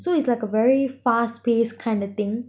so is like a very fast pace kind of thing